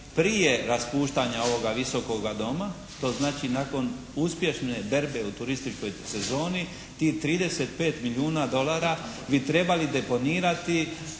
prije raspuštanja ovoga Visokoga doma, to znači nakon uspješne berbe u turističkoj sezoni tih 35 milijuna dolara bi trebali deponirati